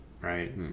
right